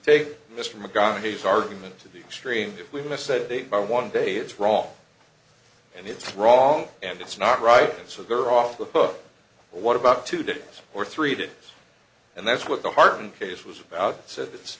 take this from a guy who's argument to the extreme if we miss a day by one day it's wrong and it's wrong and it's not right so they're off the hook what about two days or three days and that's what the heart in case was about said this